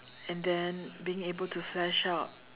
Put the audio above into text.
and then being able to flash out